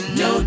no